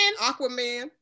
Aquaman